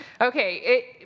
okay